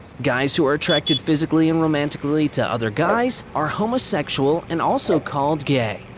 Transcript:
guys who are attracted physically and romantically to other guys are homosexual and also called gay.